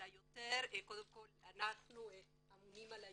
אלא אנחנו קודם כול אמונים על הילדים,